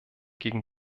gegen